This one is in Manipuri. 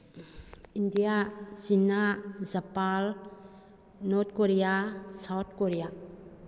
India China Japan North Korea South Korea